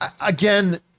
Again